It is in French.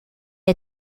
est